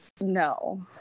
No